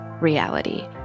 reality